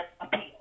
appeal